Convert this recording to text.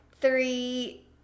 three